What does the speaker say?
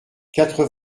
quatre